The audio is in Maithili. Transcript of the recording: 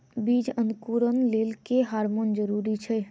बीज अंकुरण लेल केँ हार्मोन जरूरी छै?